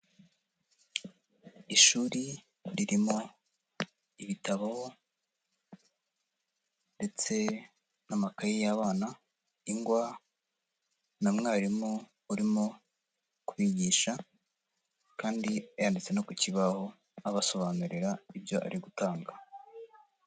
Ishuri ririmo ibitabo ndetse n'amakaye y'abana, ingwa na mwarimu urimo kubigisha kandi yanditse no ku kibaho, abasobanurira ibyo ari gutanga.